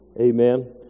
amen